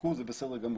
תחכו זה בסדר גמור.